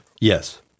Yes